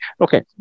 Okay